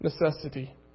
necessity